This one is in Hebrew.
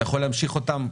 אתה יכול להמשיך אותם,